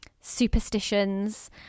superstitions